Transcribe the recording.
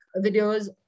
videos